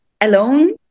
alone